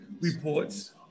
reports